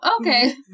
okay